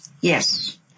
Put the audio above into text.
Yes